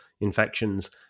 infections